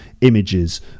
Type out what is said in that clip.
images